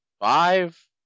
five